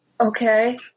Okay